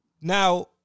Now